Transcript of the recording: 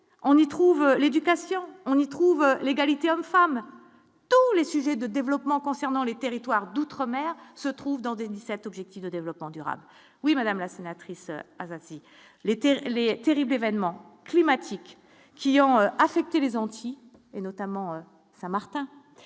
on y trouve l'éducation, on y trouve l'égalité hommes-femme tous les sujets de développement concernant les territoires d'outre- mer se trouvent dans des 17 Objectifs de développement durable, oui madame la sénatrice ainsi les Terres et les terribles événements climatiques qui ont affecté les anti et, notamment, Saint-Martin